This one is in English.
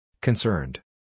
Concerned